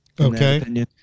Okay